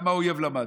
גם האויב למד.